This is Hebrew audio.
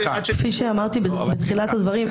כפי שאמרתי בתחילת הדברים,